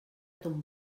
ton